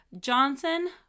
Johnson